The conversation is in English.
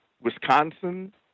Wisconsin